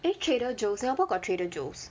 eh trader joe's singapore got trader joe's